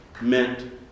meant